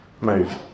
move